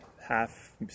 half